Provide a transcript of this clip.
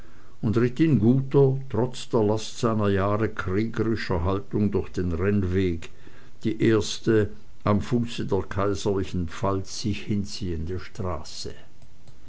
und ritt in guter trotz der last seiner jahre kriegerischer haltung durch den rennweg die erste am fuße der kaiserlichen pfalz sich hinziehende straße